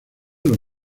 los